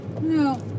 No